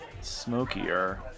smokier